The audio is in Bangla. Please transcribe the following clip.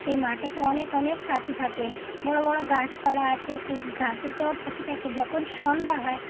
সেই মাঠেতে অনেক অনেক পাখি থাকে বড়ো বড়ো গাছপালা আছে গাছতেও পাখি থাকে যখন সন্ধ্যা হয়